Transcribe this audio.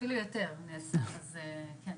אפילו יותר נעשה, אז כן.